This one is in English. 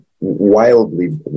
wildly